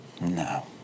No